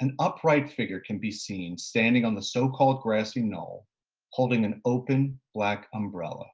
an upright figure can be seen standing on the so-called grassy knoll holding an open black umbrella